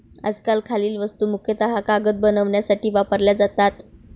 आजकाल खालील वस्तू मुख्यतः कागद बनवण्यासाठी वापरल्या जातात